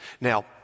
Now